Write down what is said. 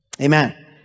Amen